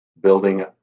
building